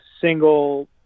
single